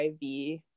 IV